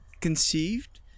conceived